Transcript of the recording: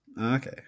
Okay